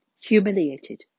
humiliated